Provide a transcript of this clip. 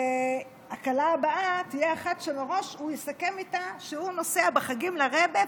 שהכלה הבאה תהיה אחת שמראש הוא יסכם איתה שהוא נוסע בחגים לרעבע,